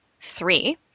three